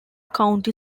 county